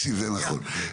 זה נכון,